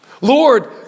Lord